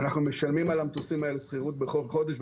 אנחנו משלמים על המטוסים הללו שכירות בכל חודש,